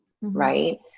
right